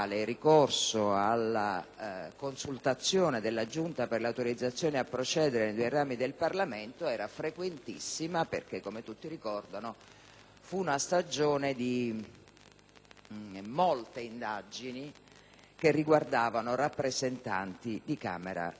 alla consultazione della Giunta per le autorizzazioni a procedere nei due rami del Parlamento era frequentissimo perché, come tutti ricordano, fu una stagione di molte indagini che riguardavano appartenenti alla Camera e al Senato.